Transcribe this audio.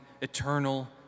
eternal